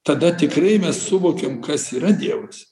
tada tikrai mes suvokiam kas yra dievas